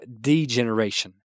degeneration